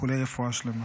איחולי רפואה שלמה.